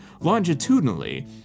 longitudinally